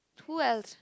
who else